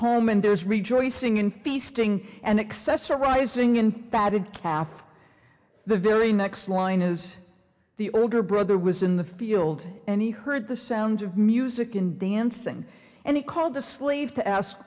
home and there is rejoicing in feasting and accessorising in fatted calf the very next line is the older brother was in the field and he heard the sound of music and dancing and he called the slave to ask